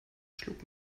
schlug